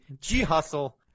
g-hustle